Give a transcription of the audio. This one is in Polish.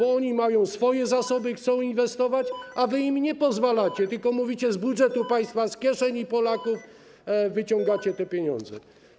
Oni mają swoje zasoby i chcą inwestować, a wy im nie pozwalacie, tylko mówicie: z budżetu państwa, i z kieszeni Polaków wyciągacie te pieniądze.